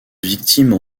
victimes